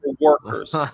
workers